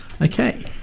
okay